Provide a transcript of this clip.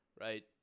right